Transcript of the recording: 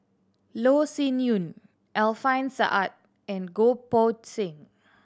Loh Sin Yun Alfian Sa'at and Goh Poh Seng